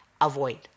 avoid